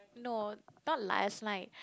no not last night